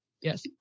Yes